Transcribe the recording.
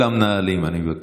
ולמנהלים, אני מבקש.